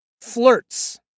flirts